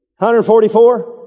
144